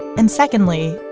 and secondly,